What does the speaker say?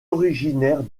originaire